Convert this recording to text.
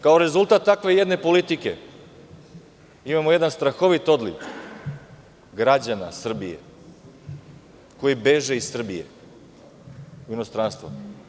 Kao rezultat takve jedne politike imamo jedan strahovit odliv građana Srbije koji beže iz Srbije u inostranstvo.